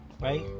right